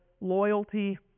loyalty